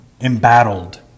embattled